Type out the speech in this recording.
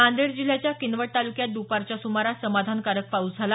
नांदेड जिल्ह्याच्या किनवट तालुक्यात दुपारच्या सुमारास समाधानकारक पाऊस झाला